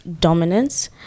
dominance